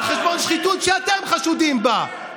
על חשבון שחיתות שאתם חשודים בה.